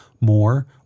more